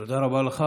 תודה רבה לך.